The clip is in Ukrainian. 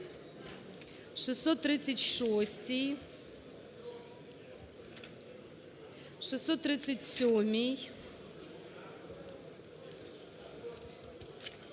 636, 637.